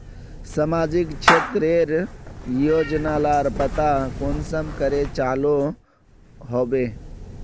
सामाजिक क्षेत्र रेर योजना लार पता कुंसम करे चलो होबे?